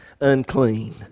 Unclean